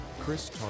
Chris